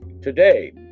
today